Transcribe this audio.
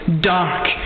dark